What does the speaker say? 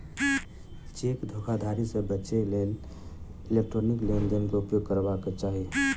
cheque धोखाधड़ी से बचैक लेल इलेक्ट्रॉनिक लेन देन के उपयोग करबाक चाही